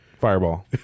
fireball